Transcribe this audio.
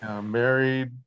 Married